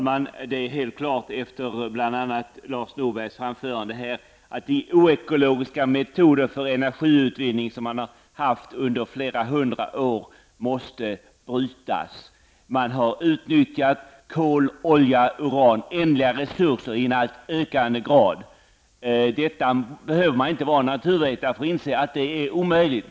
Herr talman! Det står efter bl.a. Lars Norbergs anförande helt klart att man måste upphöra med de oekologiska metoder för energiutvinning som har använts under flera hundra år. Man har utnyttjat kol, olja och uran -- ändliga resurser -- i en allt ökande grad. Man behöver inte vara naturvetare för att inse att detta är omöjligt.